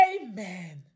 amen